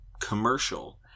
commercial